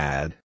Add